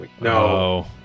No